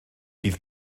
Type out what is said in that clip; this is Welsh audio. bydd